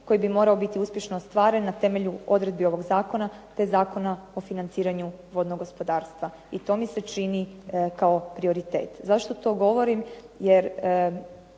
koji bi morao biti uspješno ostvaren na temelju odredbi ovog zakona, te Zakona o financiranju vodnog gospodarstva. I to mi se čini kao prioritet. Zašto to govorim?